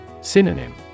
Synonym